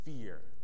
fear